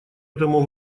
этому